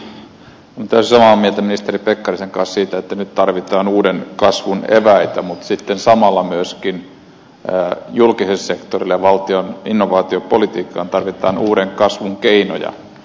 olen täysin samaa mieltä ministeri pekkarisen kanssa siitä että nyt tarvitaan uuden kasvun eväitä mutta sitten samalla myöskin julkiselle sektorille ja valtion innovaatiopolitiikkaan tarvitaan uuden kasvun keinoja